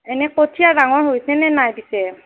এনেই কঠীয়া ডাঙৰ হৈছেনে নাই পিছে